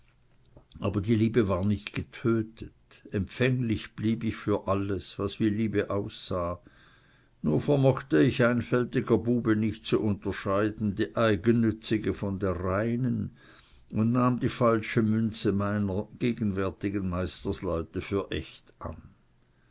aber die liebe war nicht getötet empfänglich blieb ich für alles was wie liebe aussah nur vermochte ich einfältiger bube nicht zu unterscheiden die eigennützige von der reinen und nahm die falsche münze meiner gegenwärtigen meisterleute für echt an